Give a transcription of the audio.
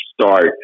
start